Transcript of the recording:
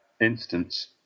instance